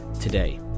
today